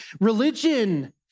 religion